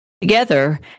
Together